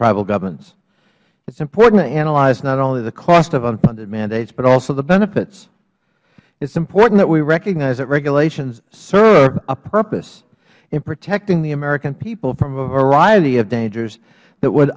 tribal governments it is important to analyze not only the cost of unfunded mandates but also the benefits it is important that we recognize that regulations serve a purpose in protecting the american people from a variety of dangers that would